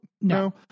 No